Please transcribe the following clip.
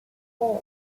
form